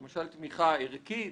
יש למשל תמיכה ערכית,